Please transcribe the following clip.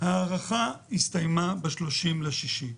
הסתיימה ב-30.6.